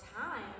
time